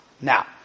now